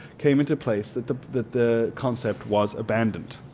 came into place that the that the concept was abandoned.